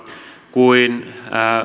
kuin